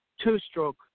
two-stroke